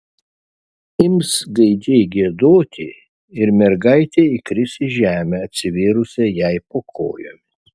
ims gaidžiai giedoti ir mergaitė įkris į žemę atsivėrusią jai po kojomis